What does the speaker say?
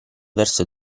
verso